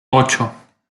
ocho